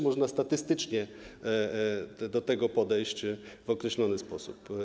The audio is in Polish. Można też statystycznie do tego podejść w określony sposób.